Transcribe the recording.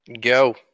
Go